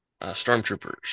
stormtroopers